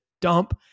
dump